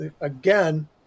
again